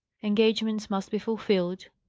engagements must be fulfilled.